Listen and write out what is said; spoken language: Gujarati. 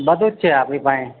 બધું જ છે આપડી પાસે